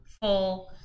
full